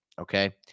okay